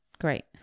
Great